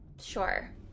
sure